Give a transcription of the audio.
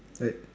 right